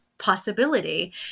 possibility